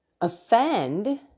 offend